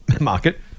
market